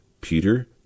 Peter